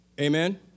Amen